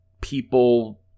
people